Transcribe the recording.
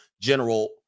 general